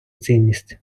цінністю